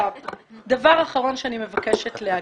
דבר אחרון שאני מבקשת להגיד.